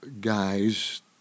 guys